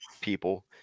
people